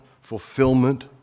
fulfillment